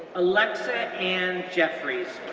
alexa ann jeffris,